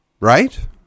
right